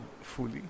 fully